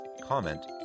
comment